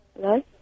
Hello